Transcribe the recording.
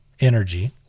energy